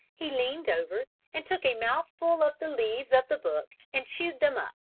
he leaned over and took a mouthful of the leaves of the book and chewed them up.